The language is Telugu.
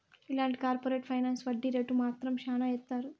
ఇలాంటి కార్పరేట్ ఫైనాన్స్ వడ్డీ రేటు మాత్రం శ్యానా ఏత్తారు